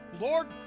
Lord